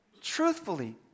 Truthfully